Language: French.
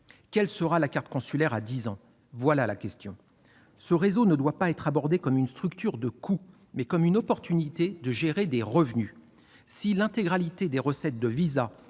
Quelle sera la carte consulaire dans dix ans ? Voilà la question ! Ce réseau doit être abordé non pas comme une structure de coûts, mais comme une opportunité de gérer des revenus. Si l'intégralité des recettes des visas